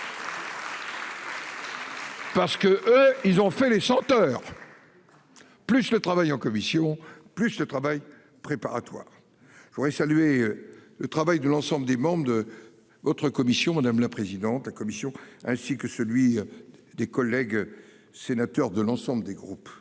Parce que eux ils ont fait les chanteurs. Plus le travail en commission, plus de travail préparatoire. Je voudrais saluer. Le travail de l'ensemble des membres de votre commission, madame la présidente de la commission, ainsi que celui des collègues sénateurs de l'ensemble des groupes.